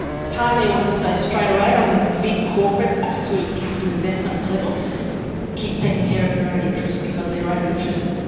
part of me wants to say straightaway on the the big corporate, absolute capital investment level keep taking care of your own interests, because your own interests,